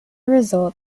result